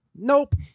nope